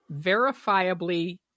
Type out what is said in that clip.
verifiably